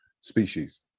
species